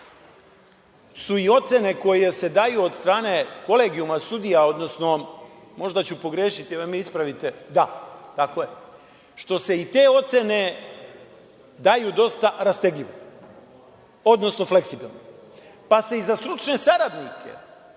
su i ocene koje se daju od strane kolegijuma sudija, odnosno, možda ću pogrešiti, da me ispravite, da tako je, što se i te ocene daju dosta rastegljivo, odnosno fleksibilno, pa se i za stručne saradnike,